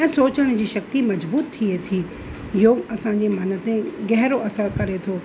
ऐं सोचण जी शक्ति मज़बूत थिए थी योगु असांजे मन ते गहिरो असरु करे थो